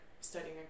studying